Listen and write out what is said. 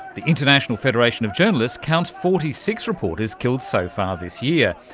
the international federation of journalists counts forty six reporters killed so far this year,